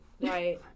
Right